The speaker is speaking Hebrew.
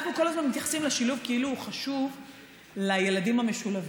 אנחנו כל הזמן מתייחסים לשילוב כאילו הוא חשוב לילדים המשולבים,